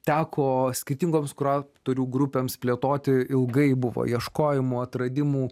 teko skirtingoms kuratorių grupėms plėtoti ilgai buvo ieškojimų atradimų